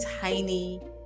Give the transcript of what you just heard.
tiny